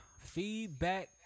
Feedback